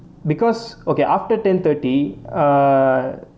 because okay after ten thirty ah